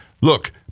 Look